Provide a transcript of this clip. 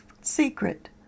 secret